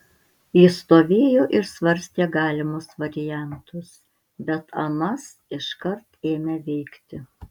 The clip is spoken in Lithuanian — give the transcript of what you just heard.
jis stovėjo ir svarstė galimus variantus bet anas iškart ėmė veikti